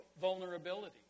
vulnerability